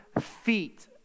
feet